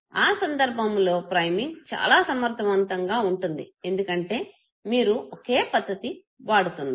ఆ సందర్భములో ప్రైమింగ్ చాలా సమర్ధవంతంగా ఉంటుంది ఎందుకంటే మీరు ఒకే పద్ధతి వాడుతున్నారు